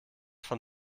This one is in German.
von